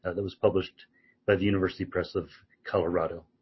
ah that was published by the university press of colorado.